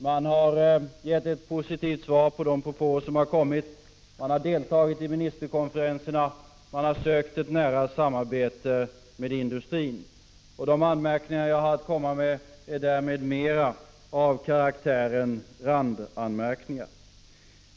Man har gett ett positivt svar på de propåer som har kommit, deltagit i ministerkonferenserna och sökt ett nära samarbete med industrin. De anmärkningar som jag har att komma med har därför mer karaktären av randanmärkningar.